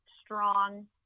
strong